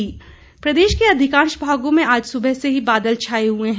मौसम प्रदेश के अधिकांश भागों में आज सुबह से ही बादल छाए हुए हैं